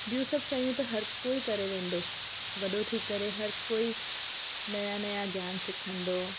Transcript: ॿियू सभ शयूं त हर कोई करी वेंदो वॾो थी करे हर कोई नया नया ज्ञान सिखंदो